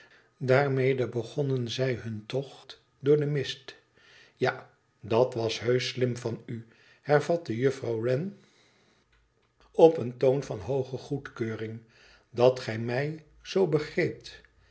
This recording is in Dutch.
daarmede begonnen zij hun tocht door den mist tja dat was heusch slim van u hervatte jufouw wren op een toon van hooge goedkeuring dat gij mij zoo